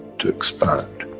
to expand.